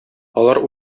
алар